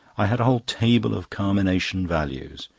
i had a whole table of carmination values.